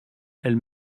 elle